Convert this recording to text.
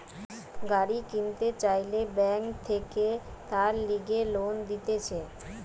গাড়ি কিনতে চাইলে বেঙ্ক থাকে তার লিগে লোন দিতেছে